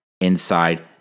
inside